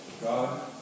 God